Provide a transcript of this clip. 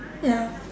ya